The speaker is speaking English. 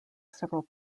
several